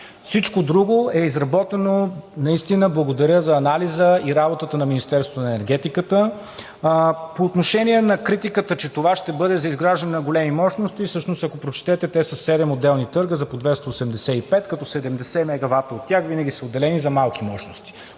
Всичко друго е изработено. Благодаря за анализа и работата на Министерството на енергетиката. По отношение на критиката, че това ще бъде за изграждане на големи мощности. Всъщност, ако прочетете, те са седем отделни търга за по 285 – като 70 мегавата от тях винаги са отделени за малки мощности.